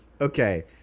Okay